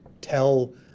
tell